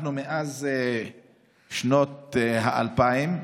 מאז שנות ה-2000,